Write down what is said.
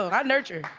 i nurture.